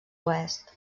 oest